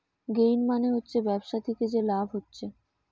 gain মানে হচ্ছে ব্যবসা থিকে যে লাভ হচ্ছে